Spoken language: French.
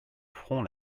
front